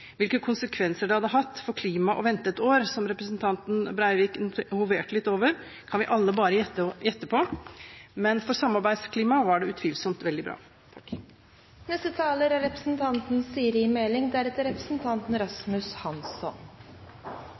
Hvilke konsekvenser det hadde hatt for klimaet å vente et år – som representanten Breivik hoverte litt over – kan vi alle bare gjette på, men for samarbeidsklimaet var det utvilsomt veldig bra.